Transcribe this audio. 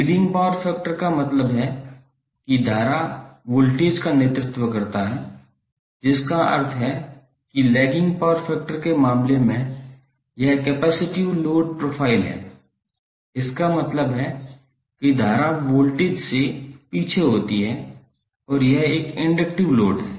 leading power factor का मतलब है कि धारा वोल्टेज का नेतृत्व करता है जिसका अर्थ है कि लैगिंग पावर फैक्टर के मामले में यह कैपेसिटिव लोड प्रोफाइल है इसका मतलब है कि धारा वोल्टेज से पीछे होती है और यह एक इंडक्टिव लोड है